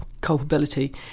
culpability